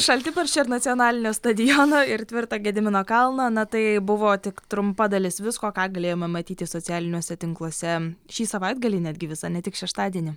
šaltibarščiai ir nacionalinio stadiono ir tvirtą gedimino kalną na tai buvo tik trumpa dalis visko ką galėjome matyti socialiniuose tinkluose šį savaitgalį netgi visą ne tik šeštadienį